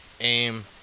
AIM